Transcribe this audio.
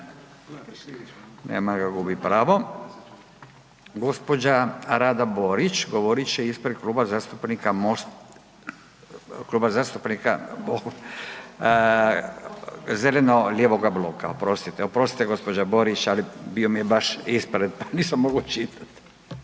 Nema ga, gubi pravo. Gđa. Rada Borić govorit će ispred Kluba zastupnika zeleno-lijevog bloka, oprostite, oprostite gđo. Borić, ali bio mi je baš ispred, nisam mogao čitati.